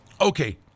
okay